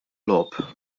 logħob